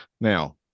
Now